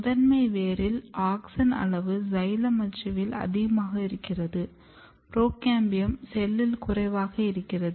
முதன்மை வேரில் ஆக்ஸின் அளவு சைலம் அச்சுவில் அதிகமாக இருக்கிறது புரோகேம்பியம் செல்லில் குறைவாக இருக்கிறது